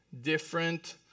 different